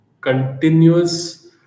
continuous